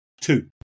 Two